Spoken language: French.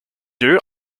deux